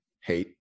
hate